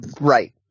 Right